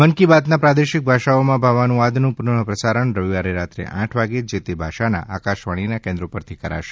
મન કી બાતના પ્રાદેશિક ભાષાઓમાં ભાવાનુવાદનું પુનઃ પ્રસારણ રવિવારે રાત્રે આઠ વાગે જે તે ભાષાના આકાશવાણીના કેન્દ્રો પરથી કરાશે